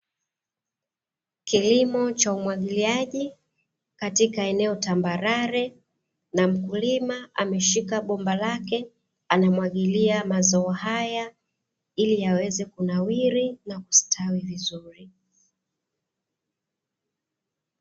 Kilimo cha umwagiliaji katika eneo tambarare, na mkulima ameshika bomba lake, anamwagilia mazao haya ili yaweze kunawiri na kustawi vizuri.